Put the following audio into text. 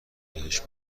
بهش